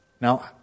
Now